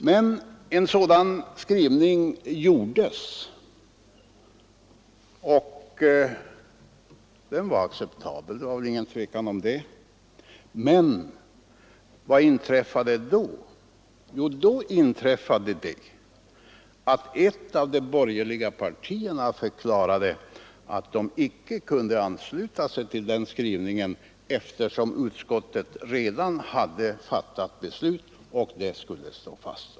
Men en ny skrivning gjordes och den var acceptabel, det är inget tvivel om det. Men vad inträffade då? Jo, då inträffade det att ett av de borgerliga partierna förklarade att man inte kunde ansluta sig till den skrivningen eftersom utskottet redan hade fattat beslut och det skulle stå fast.